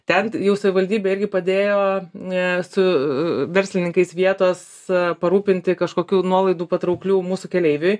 ten jau savivaldybė irgi padėjo su verslininkais vietos parūpinti kažkokių nuolaidų patrauklių mūsų keleiviui